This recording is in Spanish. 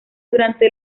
durante